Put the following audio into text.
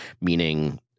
meaning –